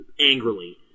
angrily